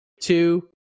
two